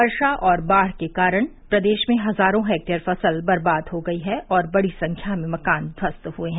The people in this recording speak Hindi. वर्षा और बाढ़ के कारण प्रदेश में हजारों हेक्टेयर फसल बर्बाद हो गई और बड़ी संख्या में मकान ध्वस्त हुए हैं